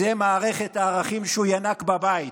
זו מערכת הערכים שהוא ינק בבית,